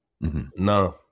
No